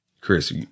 Chris